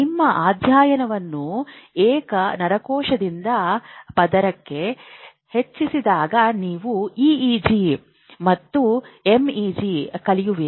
ನಿಮ್ಮ ಅಧ್ಯಯನವನ್ನು ಏಕ ನರಕೋಶದಿಂದ ಪದರಕ್ಕೆ ಹೆಚ್ಚಿಸಿದಾಗ ನೀವು ಇಇಜಿ ಮತ್ತು ಎಂಇಜಿ ಕಲಿಯುವಿರಿ